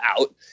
out